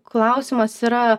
klausimas yra